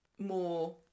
more